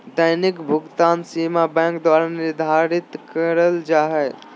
दैनिक भुकतान सीमा बैंक द्वारा निर्धारित करल जा हइ